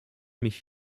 mich